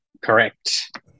Correct